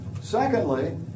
Secondly